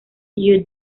you